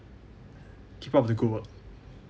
keep up the good work